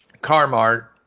Carmart